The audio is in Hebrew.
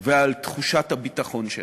ועל תחושת הביטחון שלהם.